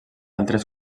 altres